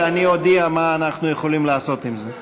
ואני אודיע מה אנחנו יכולים לעשות עם זה.